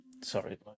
sorry